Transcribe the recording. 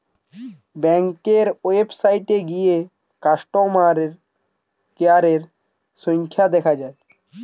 ব্যাংকের ওয়েবসাইটে গিয়ে কাস্টমার কেয়ারের সংখ্যা দেখা যায়